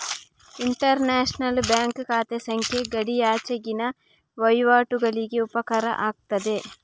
inter national bank ಖಾತೆ ಸಂಖ್ಯೆ ಗಡಿಯಾಚೆಗಿನ ವಹಿವಾಟುಗಳಿಗೆ ಉಪಕಾರ ಆಗ್ತದೆ